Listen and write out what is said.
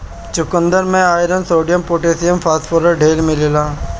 चुकन्दर में iron, sodium, potassium, phosphorus ढेर मिलेला